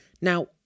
Now